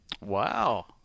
Wow